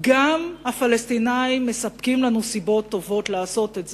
גם הפלסטינים מספקים לנו סיבות טובות לעשות את זה,